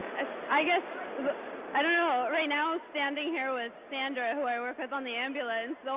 i guess i don't know. right now, standing here with sandra, who i work with on the ambulance,